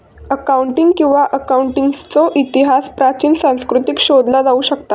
accounting किंवा अकाउंटन्सीचो इतिहास प्राचीन संस्कृतींत शोधला जाऊ शकता